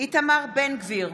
איתמר בן גביר,